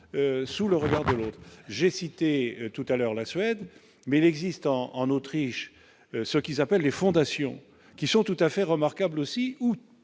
sous le regard j'ai cité tout à l'heure, la Suède, mais l'existant en Autriche, ce qu'ils appellent les fondations qui sont tout à fait remarquable aussi